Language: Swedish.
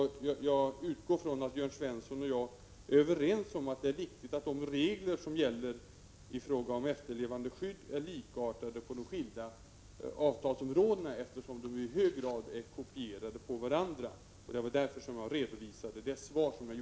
Jag utgår från att Jörn Svensson och jag är överens om att det är viktigt att de regler som gäller i fråga om efterlevandeskydd är likartade på de skilda avtalsområdena, eftersom de i hög grad är kopierade på varandra. Det var bara därför mitt svar fick denna utformning.